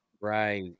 right